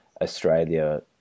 Australia